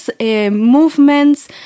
movements